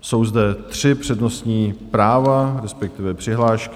Jsou zde tři přednostní práva, respektive přihlášky.